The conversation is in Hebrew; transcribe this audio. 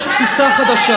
התפיסה החדשה